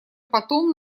потом